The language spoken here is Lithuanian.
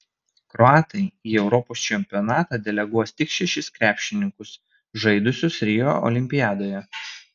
kroatai į europos čempionatą deleguos tik šešis krepšininkus žaidusius rio olimpiadoje